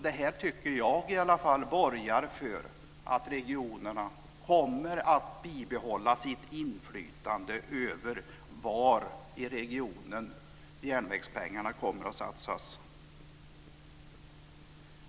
Detta tycker jag borgar för att regionerna kommer att behålla sitt inflytande över var i regionen järnvägspengarna kommer att satsas.